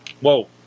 Whoa